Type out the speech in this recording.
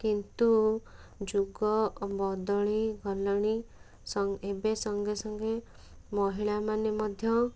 କିନ୍ତୁ ଯୁଗ ବଦଳିଗଲାଣି ଏବେ ସଙ୍ଗେ ସଙ୍ଗେ ମହିଳାମାନେ ମଧ୍ୟ